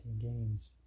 games